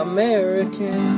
American